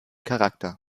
charakter